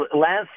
last